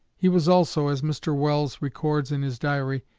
he was also, as mr. welles records in his diary,